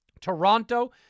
Toronto